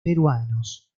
peruanos